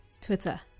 Twitter